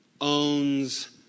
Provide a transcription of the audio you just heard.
owns